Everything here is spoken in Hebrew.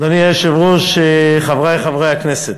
אדוני היושב-ראש, חברי חברי הכנסת,